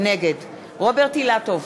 נגד רוברט אילטוב,